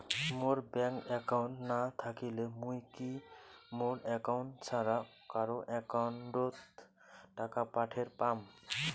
মোর bank account না থাকিলে মুই কি মোর একাউন্ট ছাড়া কারো একাউন্ট অত টাকা পাঠের পাম?